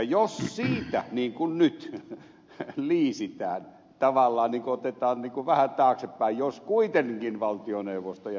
jos siitä niin kuin nyt liisitään otetaan vähän taaksepäin jos kuitenkin valtioneuvosto jnp